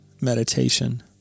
meditation